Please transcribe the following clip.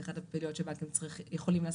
זו אחת הפעילויות שבנקים צריכים ויכולים לעשות.